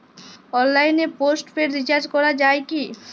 অনলাইনে postpaid recharge করা যায় কি?